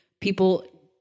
People